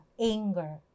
anger